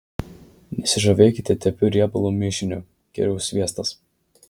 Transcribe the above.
nesižavėkite tepiu riebalų mišiniu geriau sviestas